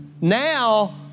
Now